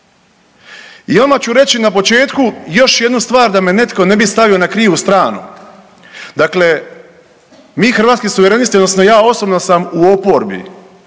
I odmah ću reći na početku još jednu stvar da me netko ne bi stavio na krivu stranu, dakle mi Hrvatski suverenisti odnosno ja osobno sam u oporbi